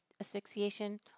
asphyxiation